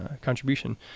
contribution